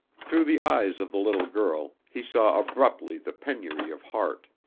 through the eyes of the little girl he saw abruptly the penury of heart,